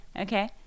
Okay